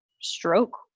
stroke